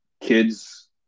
kids